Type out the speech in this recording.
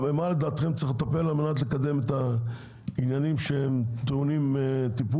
במה לדעתכם צריך לטפל על מנת לקדם את העניינים שטעונים טיפול.